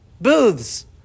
booths